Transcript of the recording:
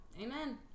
Amen